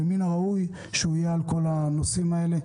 ומן הראוי שהוא יהיה על כל הנושאים האלה.